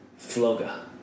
Floga